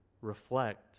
Reflect